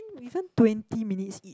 I think even twenty minutes ish